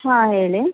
ಹಾಂ ಹೇಳಿ